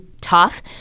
tough